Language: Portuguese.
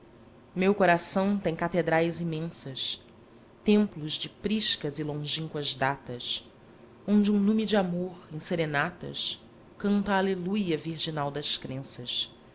eu meu coração tem catedrais imensas templos de priscas e longínquas datas onde um nume de amor em serenatas canta a aleluia virginal das crenças